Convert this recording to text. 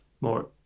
more